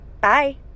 Bye